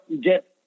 get